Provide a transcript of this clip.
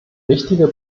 wichtiger